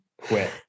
quit